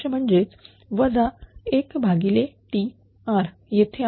म्हणजेच 1Tr येथे आहे